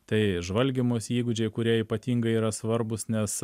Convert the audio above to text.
tai žvalgymosi įgūdžiai kurie ypatingai yra svarbūs nes